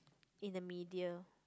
in the media